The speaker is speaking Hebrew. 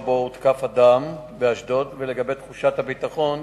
שבו הותקף אדם באשדוד ועל תחושת הביטחון